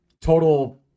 total